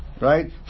Right